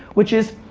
which is,